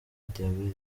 diabete